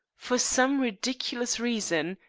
for some ridiculous reason,